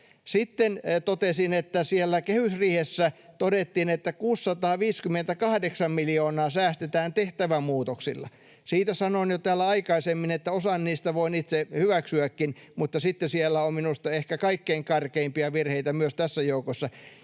Sitten totesin, että siellä kehysriihessä todettiin, että 658 miljoonaa säästetään tehtävämuutoksilla. Siitä sanoin jo täällä aikaisemmin, että osan niistä voin itse hyväksyäkin, mutta sitten siellä on minusta ehkä kaikkein karkeimpia virheitä myös tässä joukossa.